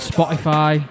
Spotify